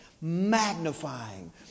magnifying